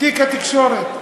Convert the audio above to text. תיק התקשורת.